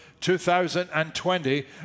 2020